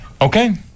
Okay